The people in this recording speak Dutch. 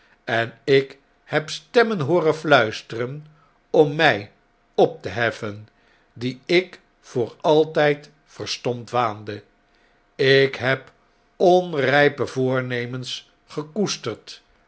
en ik heb stemmen hooren fluisteren om mfl op te heffen die ik voor altijd verstomd waande ik heb onrn pe voornemens gekoesterd